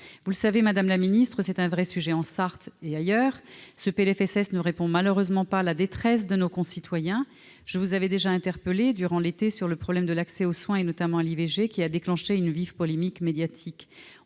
vous le savez, c'est un vrai sujet, dans la Sarthe comme ailleurs. Ce PLFSS ne répond malheureusement pas à la détresse de nos concitoyens. Je vous avais déjà interpellée l'été dernier quant au problème de l'accès aux soins, notamment à l'IVG, qui a déclenché une vive polémique médiatique.